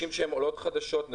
עולות חדשות,